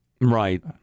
Right